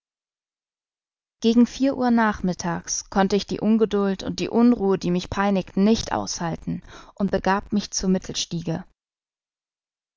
gegen vier uhr nachmittags konnte ich die ungeduld und unruhe welche mich peinigten nicht aushalten und begab mich zur